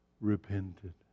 repented